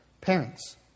Parents